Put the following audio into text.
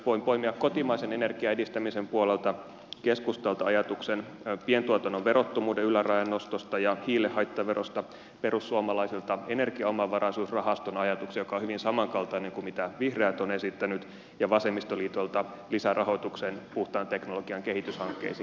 voin poimia kotimaisen energian edistämisen puolelta keskustalta ajatuksen pientuotannon verottomuuden ylärajan nostosta ja hiilen haittaverosta perussuomalaisilta energiaomavaraisuusrahaston ajatuksen joka on hyvin samankaltainen kuin mitä vihreät on esittänyt ja vasemmistoliitolta lisärahoituksen puhtaan teknologian kehityshankkeisiin